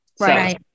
Right